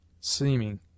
seeming